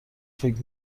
فکر